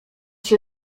się